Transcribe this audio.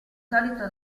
solito